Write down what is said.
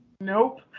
Nope